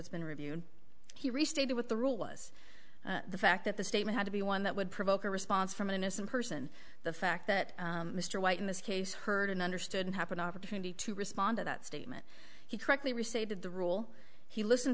that's been reviewed here restated what the rule was the fact that the statement had to be one that would provoke a response from an innocent person the fact that mr white in this case heard and understood and happened opportunity to respond to that statement he correctly restated the rule he listened